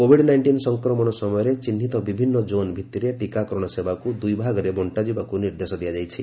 Covid nineteen ସଂକ୍ରମଣ ସମୟରେ ଚିହ୍ନିତ ବିଭିନ୍ନ କୋନ୍ ଭିଭିରେ ଟୀକାକରଣ ସେବାକୁ ଦୁଇଭାଗରେ ବଣ୍ଟାଯିବାକୁ ନିର୍ଦ୍ଦେଶ ଦିଆଯାଇଛି